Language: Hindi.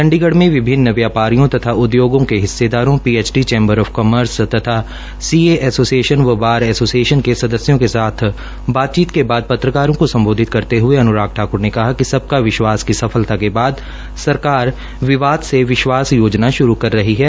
चंडीगढ़ में विभिन्न व्यापारियों तथा उद्योगों के हिस्सेदारों पीएचडी चैम्बर आफ कोमर्स तथा सी ए एसोसिएशन व बार एसोसिएशन के सदस्यों के बातचीत के बाद पत्रकारों को बातचीत के बाद पत्रकारों से सम्बोधित करते हये अन्राग ठाकूर ने कहा कि सबका विश्वास की सफलता के बाद सरकार विवाद से विश्वास योजना श्रू कर रही है